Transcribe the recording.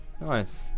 Nice